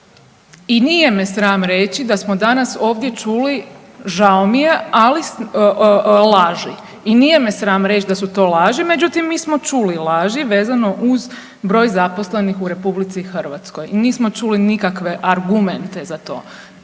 I nje me sram reći da smo danas ovdje čuli, žao mi je, ali laži. I nije me sram reći da su to laži, međutim mi smo čuli laži vezano uz broj zaposlenih u RH. I nismo čuli nikakve argumente za to.